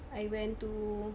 I went to